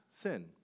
sin